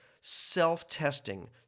self-testing